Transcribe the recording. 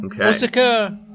Okay